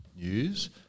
news